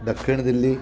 ॾखिण दिल्ली